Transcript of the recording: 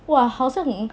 !wah! 好像